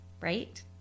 right